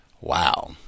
wow